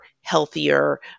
healthier